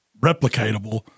replicatable